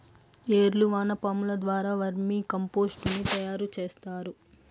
ఏర్లు వానపాముల ద్వారా వర్మి కంపోస్టుని తయారు చేస్తారు